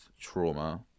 trauma